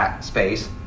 space